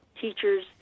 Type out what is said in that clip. teachers